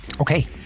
Okay